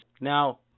Now